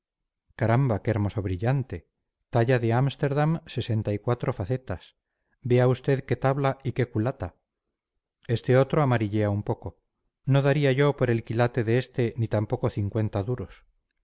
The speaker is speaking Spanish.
caramba qué hermoso brillante talla de amsterdam sesenta y cuatro facetas vea usted qué tabla y qué culata este otro amarillea un poco no daría yo por el quilate de este ni tampoco cincuenta duros